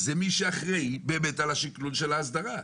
זה מי שאחראי באמת על השכלול של ההסדרה.